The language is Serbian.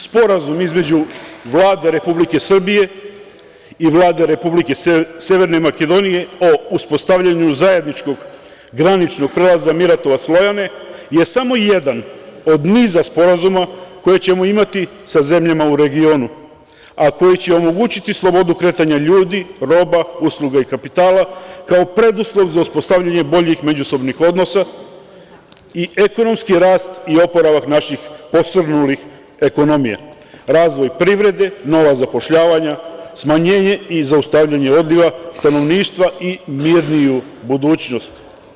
Sporazum između Vlade Republike Srbije i Vlade Republike Severne Makedonije o uspostavljanju zajedničkog graničnog prelaza Miratovac–Lojane je samo jedan od niza sporazuma koje ćemo imati sa zemljama u regionu, a koji će omogućiti slobodu kretanja ljudi, roba, usluga i kapitala kao preduslov za uspostavljanje boljih međusobnih odnosa i ekonomski rast i oporavak naših posrnulih ekonomija, razvoj privrede, nova zapošljavanja, smanjenje i zaustavljanje odliva stanovništva i mirniju budućnost.